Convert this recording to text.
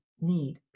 need